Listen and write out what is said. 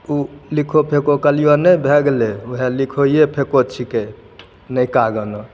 लिखो फेको कहलियो हऽ नहि भए गेलै उहए लिखोइये फेको छिकै नवका गाना